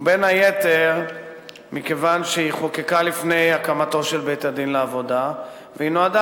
ובין היתר מכיוון שהיא חוקקה לפני הקמתו של בית-הדין לעבודה ונועדה